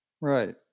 Right